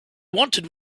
wanted